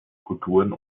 kulturen